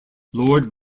lord